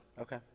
Okay